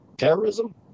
terrorism